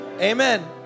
Amen